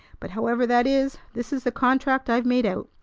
but, however that is, this is the contract i've made out.